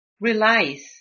relies